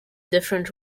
different